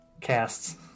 casts